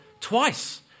twice